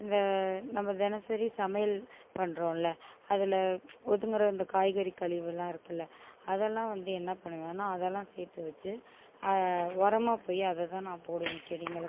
இந்த நம்ம தினசரி சமையல் பண்ணுறோம்ல அதில் ஒதுங்கிற இந்த காய்கறி கழிவுகளெலாம் இருக்குல அதெலாம் வந்து என்ன பண்ணுவோம்னா அதெலாம் சேர்த்து வச்சு அதை உரமா போய் அதை தான் நான் போடுவேன் செடிங்களுக்கு